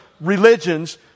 religions